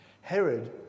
Herod